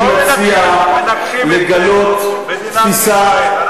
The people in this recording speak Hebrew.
אני מציע לגלות תפיסה,